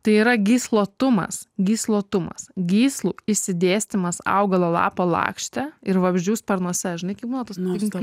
tai yra gyslotumas gyslotumas gyslų išsidėstymas augalo lapo lakšte ir vabzdžių sparnuose žinai kai būna tas kuris